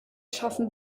schaffen